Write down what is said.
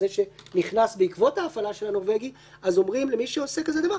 זה שנכנס בעקבות ההפעלה של הנורבגי אז אומרים למי שעושה כזה דבר,